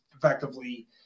effectively